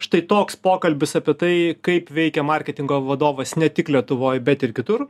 štai toks pokalbis apie tai kaip veikia marketingo vadovas ne tik lietuvoj bet ir kitur